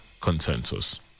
consensus